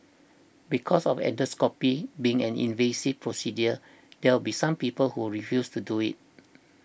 because of endoscopy being an invasive procedure there will be some people who refuse to do it